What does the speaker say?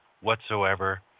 whatsoever